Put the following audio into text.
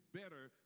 better